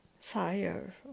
fire